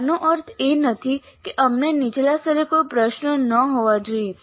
આનો અર્થ એ નથી કે અમને નીચલા સ્તરે કોઈ પ્રશ્નો ન હોવા જોઈએ